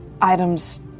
items